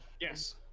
yes